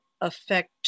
affect